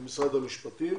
במשרד המשפטים